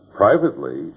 privately